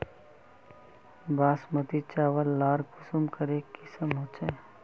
बासमती चावल लार कुंसम करे किसम होचए?